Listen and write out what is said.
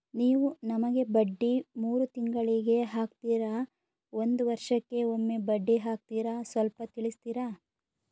ನೀವು ನಮಗೆ ಬಡ್ಡಿ ಮೂರು ತಿಂಗಳಿಗೆ ಹಾಕ್ತಿರಾ, ಒಂದ್ ವರ್ಷಕ್ಕೆ ಒಮ್ಮೆ ಬಡ್ಡಿ ಹಾಕ್ತಿರಾ ಸ್ವಲ್ಪ ತಿಳಿಸ್ತೀರ?